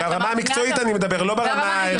אני מדבר ברמה המקצועית, לא ברמה הערכית.